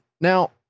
Now